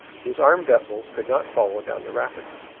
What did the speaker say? whose armed vessels could not follow down the rapids.